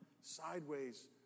sideways